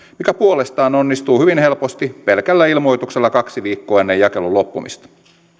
mikä puolestaan onnistuu hyvin helposti pelkällä ilmoituksella kaksi viikkoa ennen jakelun loppumista